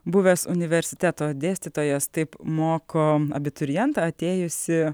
buvęs universiteto dėstytojas taip moko abiturientą atėjusį